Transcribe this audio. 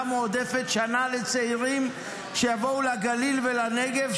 מועדפת של שנה לצעירים שיבואו לגליל ולנגב,